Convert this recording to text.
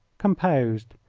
composed,